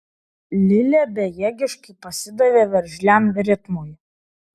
lilė bejėgiškai pasidavė veržliam ritmui